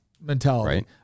mentality